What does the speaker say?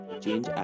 Change